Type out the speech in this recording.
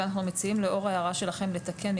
ולאור ההערה שלכם אנחנו מציעים לתקן,